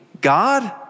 God